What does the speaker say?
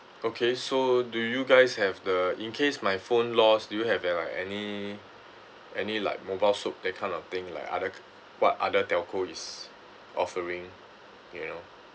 okay so do you guys have the in case my phone lost do you have uh any any like mobileswop that kind of thing like other what other telco is offering you know